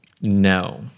No